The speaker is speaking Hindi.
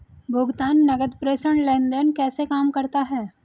भुगतान नकद प्रेषण लेनदेन कैसे काम करता है?